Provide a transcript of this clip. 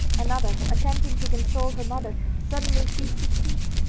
another, attempting to console her mother, suddenly ceased to speak,